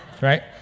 right